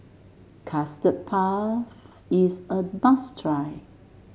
Custard Puff is a must try